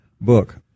book